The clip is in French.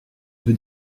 veut